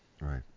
Right